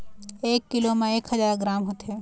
एक कीलो म एक हजार ग्राम होथे